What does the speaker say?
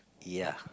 ya